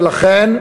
ולכן,